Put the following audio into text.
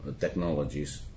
technologies